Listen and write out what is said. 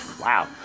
Wow